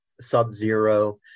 Sub-Zero